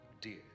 Dear